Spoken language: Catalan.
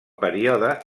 període